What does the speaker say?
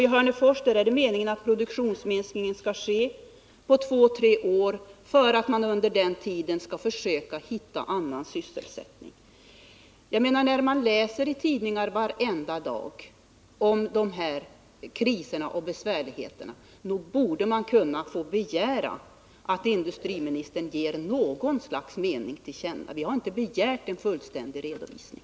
I Hörnefors är det meningen att produktionsminskningen skall företas under två eller tre år och att man under den tiden skall försöka hitta någon annan sysselsättning. Jag menar att man, när man varenda dag kan läsa i tidningarna om de här kriserna och besvärligheterna, borde kunna begära att industriministern ger till känna något slags mening — vi har ju inte begärt en fullständig redovisning.